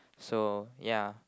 so ya